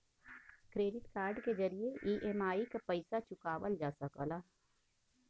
credit card के जरिये EMI क पइसा चुकावल जा सकला